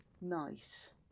nice